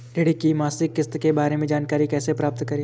ऋण की मासिक किस्त के बारे में जानकारी कैसे प्राप्त करें?